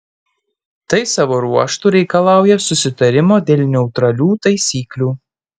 tai savo ruožtu reikalauja susitarimo dėl neutralių taisyklių